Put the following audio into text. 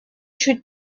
чуть